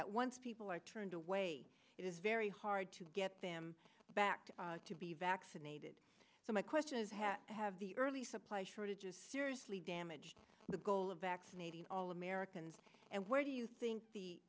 that once people are turned away it is very hard to get them back to to be vaccinated so my question is have the early supply shortages seriously damaged the goal of vaccinating all americans and where do you think the